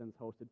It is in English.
hosted